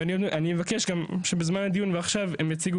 ואני אבקש גם שבזמן הדיון ועכשיו הם יציגו